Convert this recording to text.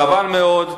חבל מאוד.